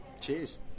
Cheers